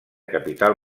capital